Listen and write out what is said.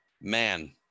man